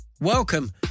Welcome